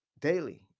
Daily